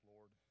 Lord